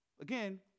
Again